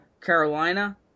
Carolina